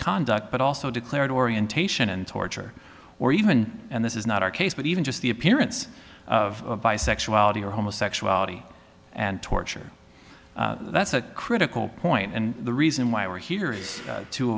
conduct but also declared orientation and torture or even and this is not our case but even just the appearance of bisexuality or homosexuality and torture that's a critical point and the reason why we're here